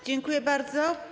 Dziękuję bardzo.